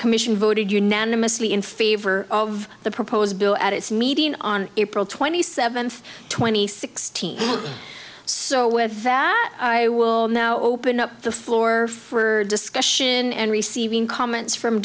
commission voted unanimously in favor of the proposed bill at its meeting on april twenty seventh twenty sixteen so with that i will now open up the floor for discussion and receiving comments from